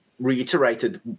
Reiterated